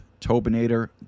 Tobinator